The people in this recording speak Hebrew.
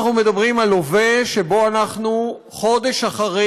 אנחנו מדברים על הווה שבו אנחנו חודש אחרי